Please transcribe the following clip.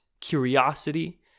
curiosity